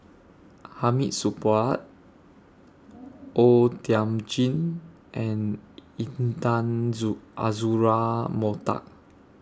Hamid Supaat O Thiam Chin and Intan Zoo Azura Mokhtar